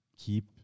keep